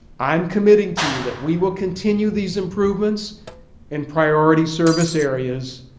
i'm committing to you that we will continue these improvements in priority service areas